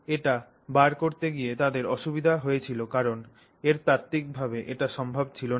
এটা বার করতে গিয়ে তাদের অসুবিধা হয়েছিল কারণ এর তাত্ত্বিকভাবে এটা সম্ভব ছিল না